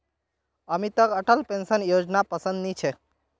अमितक अटल पेंशन योजनापसंद नी छेक